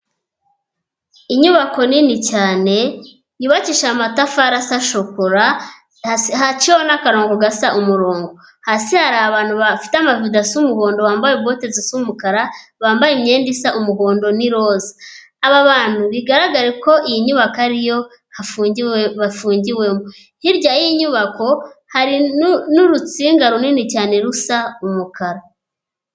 Inyubako nini cyane yu ibakisha amatafarisa shokora haca n'akanrongo gasa umurongo hasi hari abantu bafite amavidasi umuhondo wambaye bote zi zumukara bambaye imyenda isa umuhondo n'iroza, aba bantu bigaragaye ko iyi nyubako ariyo hafungiwe bafungiwemo hirya y'inyubako hari n'urutsinga runini cyane rusa umukara.